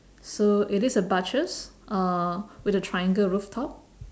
so it is a butchers uh with a triangle roof top